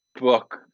book